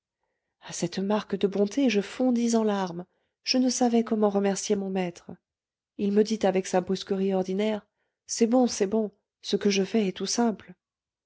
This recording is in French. à cette marque de bonté je fondis en larmes je ne savais comment remercier mon maître il me dit avec sa brusquerie ordinaire c'est bon c'est bon ce que je fais est tout simple